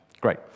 Great